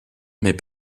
mais